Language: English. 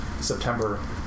September